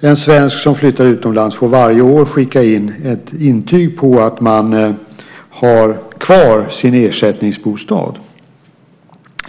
en svensk som flyttar utomlands får skicka in ett intyg varje år på att man har kvar sin ersättningsbostad